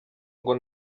ngo